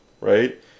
right